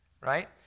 right